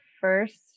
first